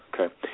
Okay